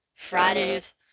Fridays